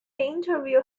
interview